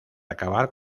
acabar